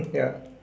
ya